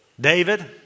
David